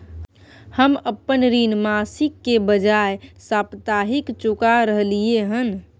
हम अपन ऋण मासिक के बजाय साप्ताहिक चुका रहलियै हन